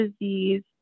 disease